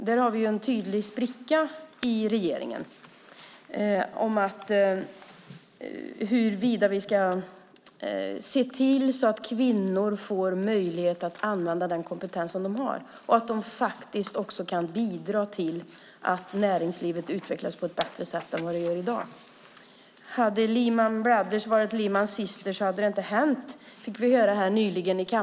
Vi har en tydlig spricka i regeringen när det gäller huruvida vi ska se till att kvinnor får möjlighet att använda den kompetens som de har och att de kan bidra till att näringslivet utvecklas på ett bättre sätt än det gör i dag. Om Lehman Brothers hade varit Lehman Sisters hade detta inte hänt, fick vi höra här i kammaren nyligen.